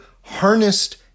harnessed